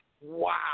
Wow